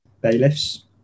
bailiffs